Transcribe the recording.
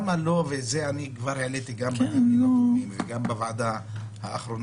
זה אני כבר העליתי גם בוועדה האחרונה,